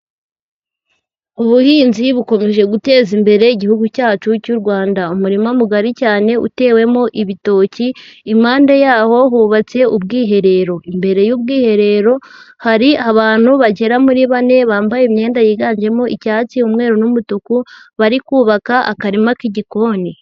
Ubuhinzi bukomeje guteza imbere Igihugu cyacu cy'u Rwanda, umurima mugari cyane utewemo ibitoki, impande yaho hubatse ubwiherero, imbere y'ubwiherero hari abantu bagera muri bane, bambaye imyenda yiganjemo icyatsi, umweru n'umutuku, bari kubaka akarima k'igikoni.